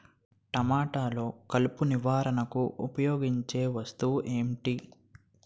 టమాటాలో కలుపు నివారణకు ఉపయోగించే వస్తువు ఏంటి?